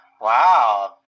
Wow